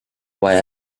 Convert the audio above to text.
why